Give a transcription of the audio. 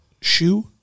shoe